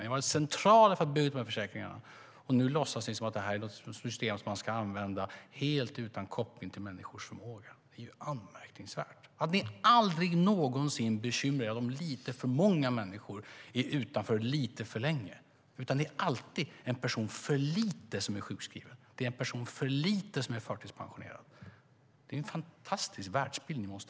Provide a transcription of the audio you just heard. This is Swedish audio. Ni har varit centrala för att bygga upp försäkringarna, och nu låtsas ni som att det är ett system som ska användas helt utan koppling till människors förmåga. Det är anmärkningsvärt. Ni bekymrar er aldrig någonsin för om lite för många människor är utanför lite för länge. Det är alltid en person för lite som är sjukskriven, och det är en person för lite som är förtidspensionerad. Ni måste ha en fantastisk världsbild.